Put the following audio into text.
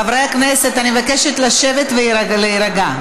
חברי הכנסת, אני מבקשת לשבת ולהירגע.